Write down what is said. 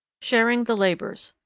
sharing the labours.